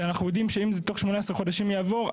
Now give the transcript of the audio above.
שאנחנו יודעים שאם זה תוך 18 חודשים יעבור,